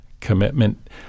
commitment